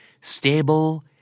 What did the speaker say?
stable